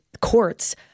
courts